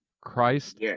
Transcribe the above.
Christ